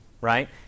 right